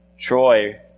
Troy